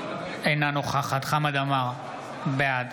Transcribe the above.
אינה נוכחת חמד עמאר, בעד